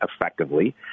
effectively